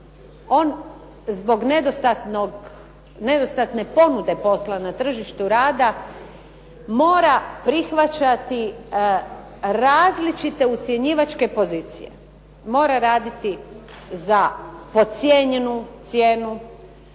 On zbog nedostatne ponude posla na tržištu rada mora prihvaćati različite ucjenjivačke pozicije. Mora raditi za podcijenjenu cijenu,